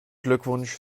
glückwunsch